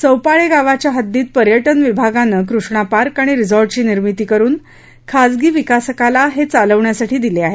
चौपाळे गावाच्या हद्दीत पर्यटन विभागाने कृष्णा पार्क आणि रिसोर्ट ची निर्मीती करुन खाजगी विकासकला हे चालवण्यासाठी दिले आहे